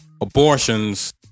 abortions